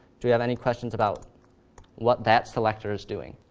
do we have any questions about what that selector is doing?